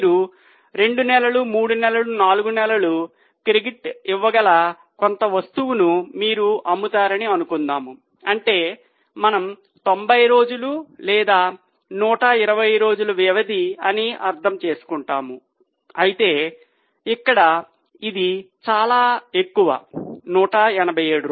మీరు 2 నెలలు 3 నెలలు 4 నెలలు క్రెడిట్ ఇవ్వగల కొంత వస్తువును మీరు అమ్ముతారని అనుకుందాం అంటే మనము 90 రోజులు లేదా 120 రోజుల వ్యవధి అని అర్ధం చేసుకుంటాము అయితే ఇక్కడ ఇది చాలా ఎక్కువ 187